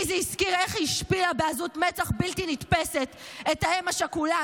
לי זה הזכיר איך היא השפילה בעזות מצח בלתי נתפסת את האם השכולה,